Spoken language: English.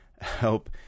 help